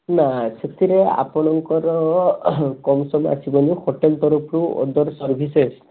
ନା ସେଥିରେ ଆପଣଙ୍କର ଆସିବନି ହୋଟେଲ୍ ତରଫରୁ ଅଦର ସର୍ଭିସେସ୍